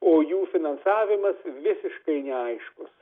o jų finansavimas visiškai neaiškus